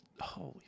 holy